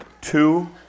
two